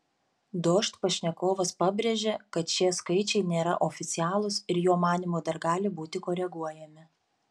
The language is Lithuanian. dožd pašnekovas pabrėžė kad šie skaičiai nėra oficialūs ir jo manymu dar gali būti koreguojami